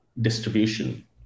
distribution